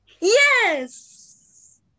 Yes